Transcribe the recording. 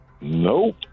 Nope